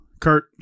Kurt